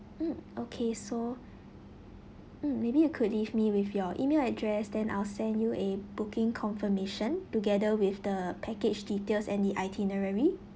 mm okay so mm maybe you could leave me with your email address then I'll send you a booking confirmation together with the package details and the itinerary